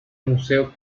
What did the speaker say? museo